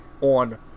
on